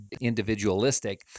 individualistic